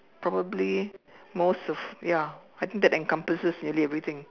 probably most of ya I think that encompasses nearly everything